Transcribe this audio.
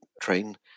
train